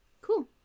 Cool